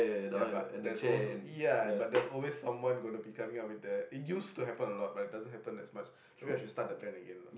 ya but there is also ya but there's always someone gonna be coming up with the it used to happen a lot but it doesn't happen as much maybe I should start the friend again lah